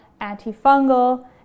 antifungal